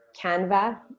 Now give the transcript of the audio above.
canva